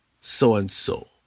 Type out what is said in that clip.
so-and-so